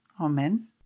Amen